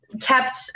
kept